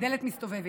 הדלת מסתובבת.